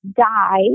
die